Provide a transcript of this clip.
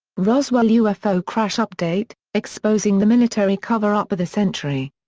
roswell ufo crash update exposing the military cover-up of the century.